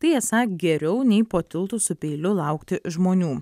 tai esą geriau nei po tiltu su peiliu laukti žmonių